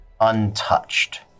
untouched